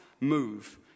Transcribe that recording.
move